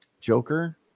Joker